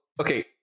Okay